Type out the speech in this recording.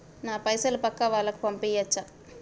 నా పైసలు పక్కా వాళ్ళకు పంపియాచ్చా?